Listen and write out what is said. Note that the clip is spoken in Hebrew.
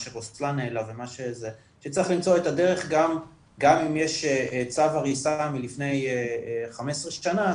מה שרוסלאן העלה שצריך למצוא את הדרך גם אם יש צו הריסה מלפני 15 שנה,